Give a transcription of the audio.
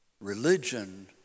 religion